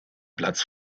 platz